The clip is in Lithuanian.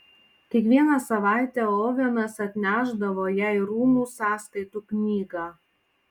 kiekvieną savaitę ovenas atnešdavo jai rūmų sąskaitų knygą